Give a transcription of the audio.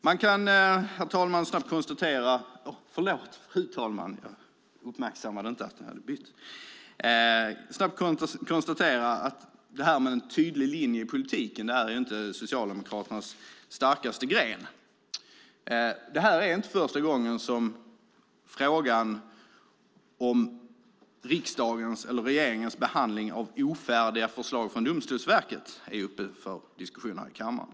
Man kan, fru talman, snabbt konstatera att det här med en tydlig linje i politiken inte är Socialdemokraternas starkaste gren. Det här är inte första gången som frågan om riksdagens eller regeringens behandling av ofärdiga förslag från Domstolsverket är uppe för diskussion här i kammaren.